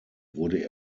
wurde